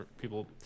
people